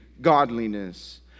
godliness